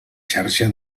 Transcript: xarxa